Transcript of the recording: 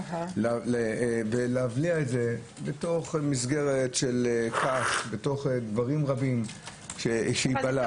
ולהבליע את זה בתוך מסגרת של דברים רבים כדי שייבלע.